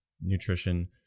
nutrition